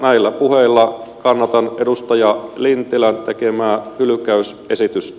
näillä puheilla kannatan edustaja lintilän tekemää hylkäys esitys